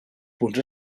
punts